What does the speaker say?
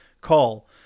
call